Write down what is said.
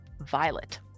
violet